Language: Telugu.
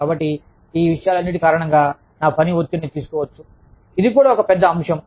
కాబట్టి ఈ విషయాలన్నిటి కారణంగా నా పని ఒత్తిడిని తీసుకోవచ్చు ఇది కూడా ఒక పెద్ద అంశం